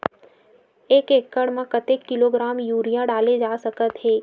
एक एकड़ म कतेक किलोग्राम यूरिया डाले जा सकत हे?